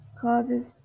causes